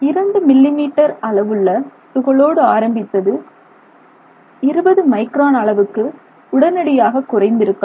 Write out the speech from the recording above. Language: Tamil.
2 மில்லி மீட்டர் அளவுள்ள துகளோடு ஆரம்பித்தது 20 மைக்ரான் அளவுக்கு உடனடியாக குறைந்திருக்கலாம்